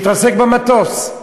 שנהרג בהתרסקות מטוס,